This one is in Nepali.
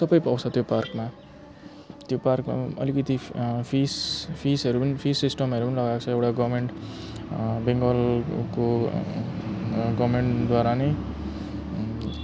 सब पाउँछ त्यो पार्कमा त्यो पार्कमा अलिकति फिस फिसहरू पनि फिस सिस्टमहरू पनि लगाएको छ एउटा गभर्मेन्ट बेङ्गलको गभर्मेन्टद्वारा नै